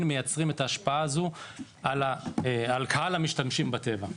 לייצר את ההשפעה הזאת על קהל המשתמשים בטבע.